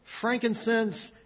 frankincense